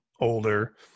older